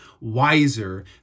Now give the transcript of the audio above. wiser